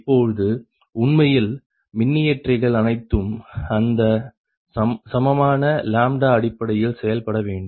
இப்பொழுது உண்மையில் மின்னியற்றிகள் அனைத்தும் அந்த சமமான λ அடிப்படையில் செயல்பட வேண்டும்